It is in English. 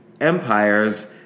empires